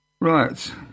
Right